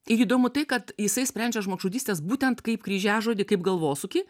ir įdomu tai kad jisai sprendžia žmogžudystes būtent kaip kryžiažodį kaip galvosūkį